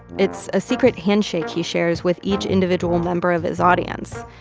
it's a secret handshake he shares with each individual member of his audience,